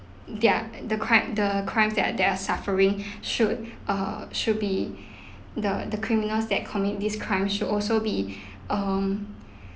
their the crime the crimes that they are suffering should err should be the the criminals that commit this crime should also be um